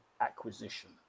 acquisition